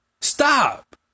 stop